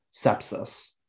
sepsis